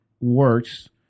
works